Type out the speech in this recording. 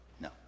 No